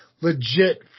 legit